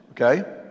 Okay